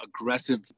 aggressive